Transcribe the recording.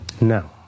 no